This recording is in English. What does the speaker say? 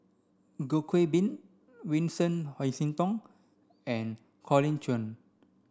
Goh Qiu Bin Vincent Hoisington and Colin Cheong